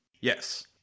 yes